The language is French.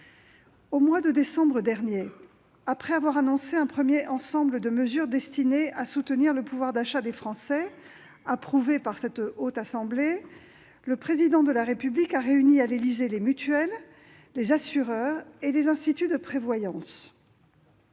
Au mois de décembre dernier, après avoir annoncé un premier ensemble de mesures destinées à soutenir le pouvoir d'achat des Français, dispositions approuvées par la Haute Assemblée, le Président de la République a réuni à l'Élysée les représentants des mutuelles, des assureurs et des instituts de prévoyance.